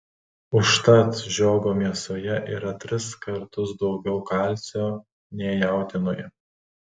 užtat žiogo mėsoje yra tris kartus daugiau kalcio nei jautienoje